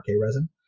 resin